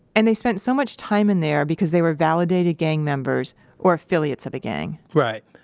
and they spent so much time in there because they were validated gang members or affiliates of a gang right.